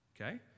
Okay